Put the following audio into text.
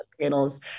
panels